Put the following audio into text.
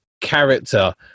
character